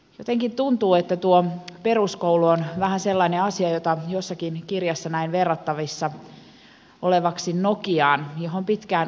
jotenkin tuntuu että tuo peruskoulu on vähän sellainen asia jota jossakin kirjassa näin verrattavan nokiaan johon pitkään uskoimme